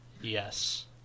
Yes